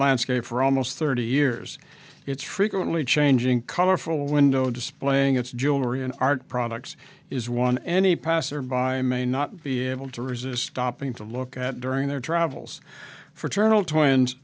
landscape for almost thirty years its frequently changing colorful window displaying its jewelry and art products is one any passer by may not be able to resist stopping to look at during their travels f